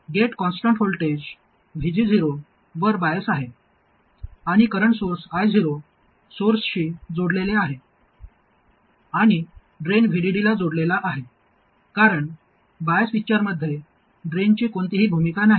gate constant voltage VG0 वर bias आहे आणि करंट सोर्स I0 सोर्सशी जोडलेले आहे आणि ड्रेन VDD ला जोडलेला आहे कारण बायस पिक्चरमध्ये ड्रेनची कोणतीही भूमिका नाही